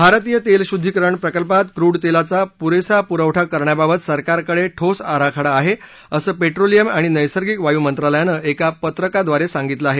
भारतीय तेल शुद्दीकरण प्रकल्पात क्रूड तेलाचा पुरेसा पुरवठा करण्याबाबत सरकारकडे ठोस आराखडा आहे असं पेट्रोलियम आणि नैर्सगिक वायू मंत्रालयानं एका पत्रकाद्वारे सांगितलं आहे